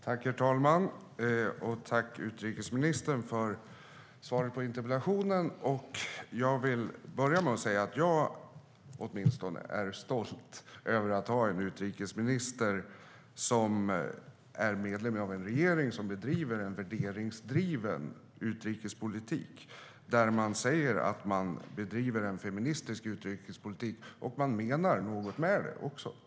Herr talman! Jag tackar utrikesministern för svaret på interpellationen. Jag vill börja med att säga att åtminstone jag är stolt över att ha en utrikesminister som är medlem av en regering som bedriver en värderingsdriven utrikespolitik där man säger att man bedriver en feministisk utrikespolitik och också menar något med det.